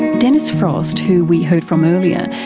dennis frost, who we heard from earlier,